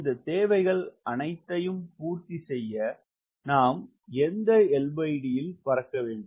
இந்த தேவைகள் அனைத்தையும் பூர்த்தி செய்ய நாம் எந்த LD இல் பறக்க வேண்டும்